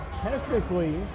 technically